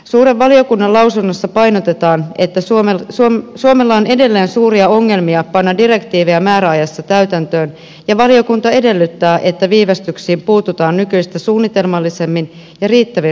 suuren valiokunnan lausunnossa painotetaan että suomella on edelleen suuria ongelmia panna direktiivejä määräajassa täytäntöön ja valiokunta edellyttää että viivästyksiin puututaan nykyistä suunnitelmallisemmin ja riittävin resurssein